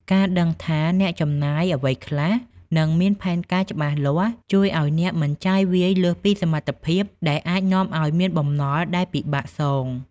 ការដឹងថាអ្នកចំណាយអ្វីខ្លះ និងមានផែនការច្បាស់លាស់ ជួយឱ្យអ្នកមិនចាយវាយលើសពីសមត្ថភាព ដែលអាចនាំឱ្យមានបំណុលដែលពិបាកសង។